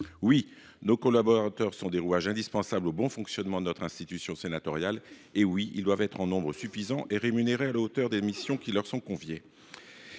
Nos collaborateurs sont des rouages indispensables au bon fonctionnement de l’institution sénatoriale. Ils doivent être en nombre suffisant et rémunérés à la hauteur des missions qui leur sont confiées.